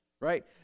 right